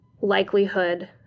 likelihood